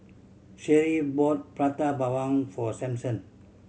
Sherree bought Prata Bawang for Samson